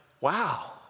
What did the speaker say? wow